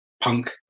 punk